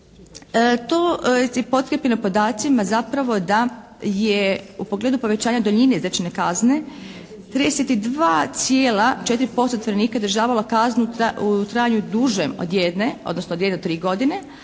to je potkrijepljeno podacima zapravo da je u pogledu povećanja duljine izrečene kazne 32,4% zatvorenika izdržavalo kaznu u trajanju dužem od jedne odnosno 2-3 godine